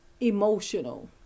emotional